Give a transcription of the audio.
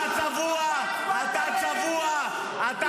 אתה הצבעת נגד גירוש,